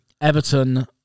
Everton